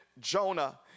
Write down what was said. Jonah